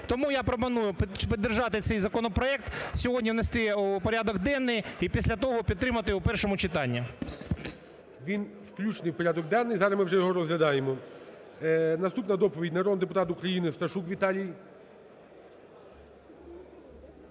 Тому я пропоную підтримати цей законопроект, сьогодні внести в порядок денний і після того підтримати в першому читанні. ГОЛОВУЮЧИЙ. Він включений в порядок денний, зараз ми вже його розглядаємо. Наступна доповідь. Народний депутат України Сташук Віталій.